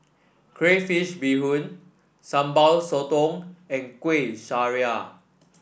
Crayfish Beehoon Sambal Sotong and Kueh Syara